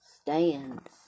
Stand